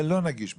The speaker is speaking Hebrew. זה לא נגיש בשבילו.